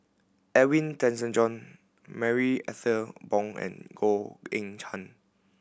Edwin Tessensohn Marie Ethel Bong and Goh Eng Han